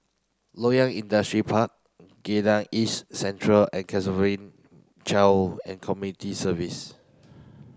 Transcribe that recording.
Loyang Industrial Park Geylang East Central and Child and Community Service